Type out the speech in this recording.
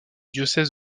diocèse